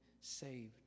saved